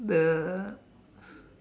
the